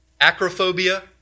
Acrophobia